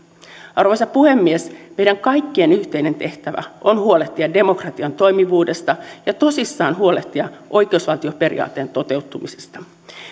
arvoisa puhemies meidän kaikkien yhteinen tehtävä on huolehtia demokratian toimivuudesta ja tosissaan huolehtia oikeusvaltioperiaatteen toteutumisesta